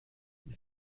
die